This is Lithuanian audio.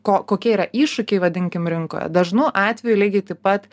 ko kokie yra iššūkiai vadinkim rinkoje dažnu atveju lygiai taip pat